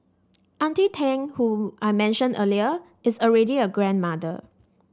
auntie Tang who I mentioned earlier is already a grandmother